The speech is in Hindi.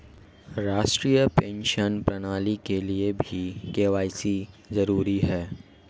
राष्ट्रीय पेंशन प्रणाली के लिए भी के.वाई.सी जरूरी है